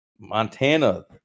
Montana